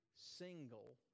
single